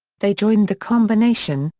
they joined the combination,